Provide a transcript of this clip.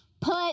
Put